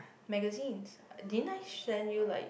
magazines didn't I send you like